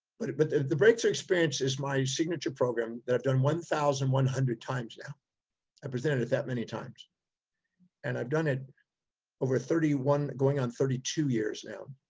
but, but the breakthrough experience is my signature program that i've done one thousand one hundred times now i presented it that many times and i've done it over thirty one going on thirty two years now.